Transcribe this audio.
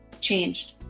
changed